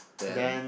then